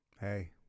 Hey